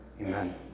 Amen